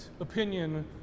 opinion